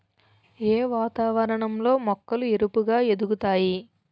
ఏ వాతావరణం లో మొక్కలు ఏపుగ ఎదుగుతాయి?